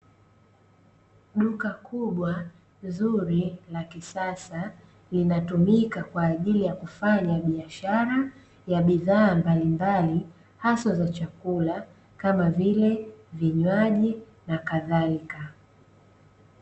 Duka kubwa zuri la kisasa linatumika kwa ajili ya kufanya biashara ya bidhaa mbalimbali haswa za chakula kama vile vinywaji na kadhalika.